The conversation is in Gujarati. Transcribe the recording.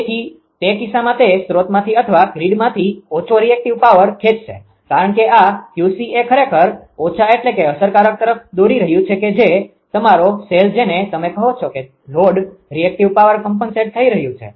તેથી તે કિસ્સામાં તે સ્રોતમાંથી અથવા ગ્રીડમાંથી ઓછો રીએક્ટીવ પાવર ખેચશે કારણ કે આ 𝑄𝐶 એ ખરેખર ઓછા એટલે કે અસરકારક તરફ દોરી રહ્યું છે કે જે તમારો સેલ જેને તમે કહો છો કે લોડ રિએક્ટિવ પાવર કોમ્પનસેટ થઇ રહ્યું છે